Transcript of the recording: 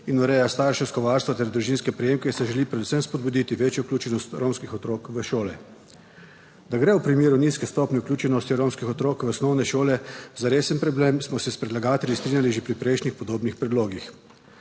in ureja starševsko varstvo ter družinske prejemke, se želi predvsem spodbuditi večjo vključenost romskih otrok v šole. Da gre v primeru nizke stopnje vključenosti romskih otrok v osnovne šole za resen problem, smo se s predlagatelji strinjali že pri prejšnjih podobnih predlogih.